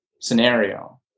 scenario